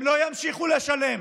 הם לא ימשיכו לשלם